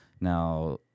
Now